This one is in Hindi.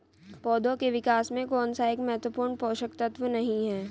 पौधों के विकास में कौन सा एक महत्वपूर्ण पोषक तत्व नहीं है?